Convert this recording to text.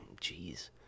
Jeez